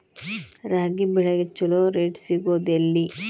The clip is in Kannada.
ರಾಗಿ ಬೆಳೆಗೆ ಛಲೋ ರೇಟ್ ಸಿಗುದ ಎಲ್ಲಿ?